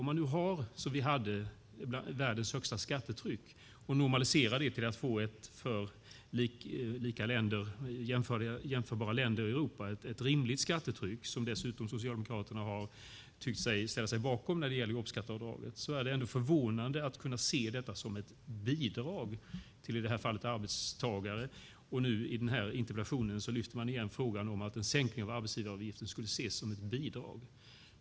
Om man har, som vi hade, världens högsta skattetryck och normaliserar det till att få det som i jämförbara länder i Europa, ett rimligt skattestryck, som dessutom Socialdemokraterna har tyckt sig kunna ställa sig bakom när det gäller jobbskatteavdraget, är det förvånande att man kan se detta som ett bidrag till, i det här fallet, arbetstagare. I den här interpellationen lyfter man igen frågan om att en sänkning av arbetsgivaravgiften skulle ses som ett bidrag.